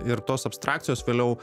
ir tos abstrakcijos vėliau